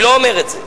אני לא אומר את זה.